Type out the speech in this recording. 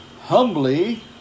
Humbly